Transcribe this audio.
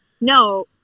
no